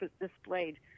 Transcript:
displayed